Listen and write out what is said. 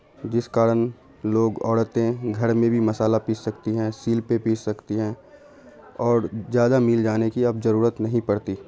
جس کارن لوگ عورتیں گھڑ میں بھی مصحالہ پیس سکتی ہیں سیل پہ پیس سکتی ہیں اور زیادہ میل جانے کی اب ضرورت نہیں پڑتی